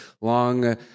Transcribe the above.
long